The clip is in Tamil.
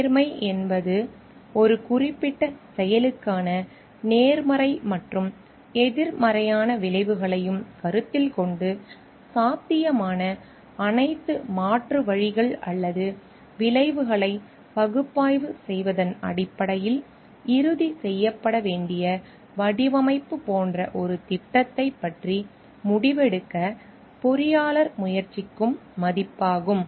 நேர்மை என்பது ஒரு குறிப்பிட்ட செயலுக்கான நேர்மறை மற்றும் எதிர்மறையான விளைவுகளையும் கருத்தில் கொண்டு சாத்தியமான அனைத்து மாற்று வழிகள் அல்லது விளைவுகளை பகுப்பாய்வு செய்வதன் அடிப்படையில் இறுதி செய்யப்பட வேண்டிய வடிவமைப்பு போன்ற ஒரு திட்டத்தைப் பற்றி முடிவெடுக்க பொறியாளர் முயற்சிக்கும் மதிப்பாகும்